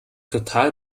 total